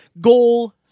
goal